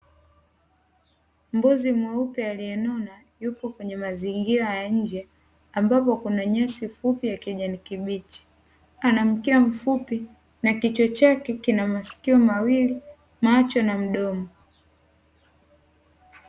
Mbuzi mweupe alienona yupo kwenye mazingira ya nje ambapo kuna nyasi fupi ya kijani kibichi, ana mkia mfupi na kichwa chake kina maskio mawili macho na mdomo.